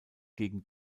gegen